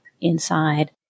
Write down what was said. inside